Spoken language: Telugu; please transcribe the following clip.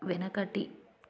వెనకటి